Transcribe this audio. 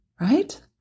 right